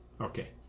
Okay